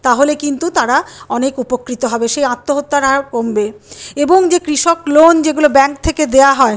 তাহলে কিন্তু তারা অনেক উপকৃত হবে সেই আত্মহত্যার হার কমবে এবং যে কৃষক লোন যেগুলো ব্যাঙ্ক থেকে দেওয়া হয়